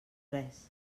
res